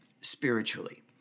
spiritually